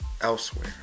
elsewhere